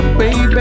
baby